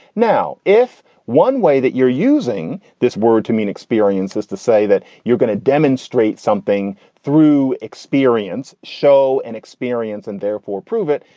now, if one way that you're using this word to mean experience is to say that you're going to demonstrate something through experience, show and experience and therefore prove it.